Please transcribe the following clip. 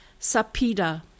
Sapida